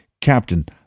Captain